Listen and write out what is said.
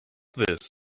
this